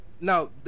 Now